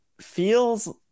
feels